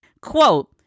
quote